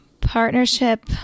partnership